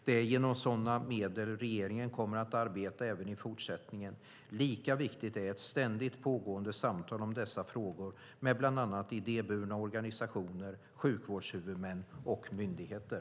Det är genom sådana medel regeringen kommer att arbeta även i fortsättningen. Lika viktigt är ett ständigt pågående samtal om dessa frågor med bland annat idéburna organisationer, sjukvårdshuvudmän och myndigheter.